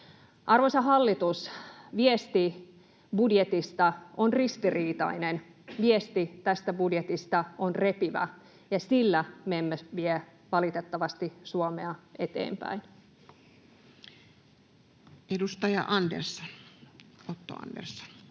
Arvoisa hallitus, viesti budjetista on ristiriitainen, viesti tästä budjetista on repivä, ja sillä me emme valitettavasti vie Suomea eteenpäin. [Speech 279] Speaker: